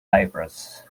virus